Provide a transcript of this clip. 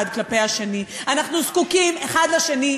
אנחנו זקוקים האחד לשני,